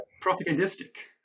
propagandistic